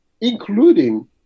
including